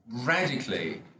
radically